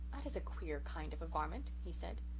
that is a queer kind of a varmint he said.